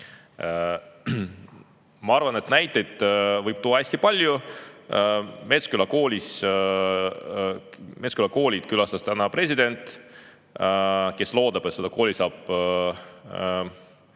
Ma arvan, et näiteid võib tuua hästi palju. Metsküla kooli külastas täna president, kes loodab, et seda kooli saab